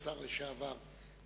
השר לשעבר,